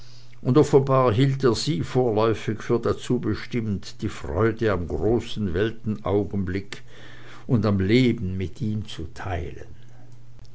und offenbar hielt er sie vorläufig für dazu bestimmt die freude am großen weltaugenblick und am leben mit ihm zu teilen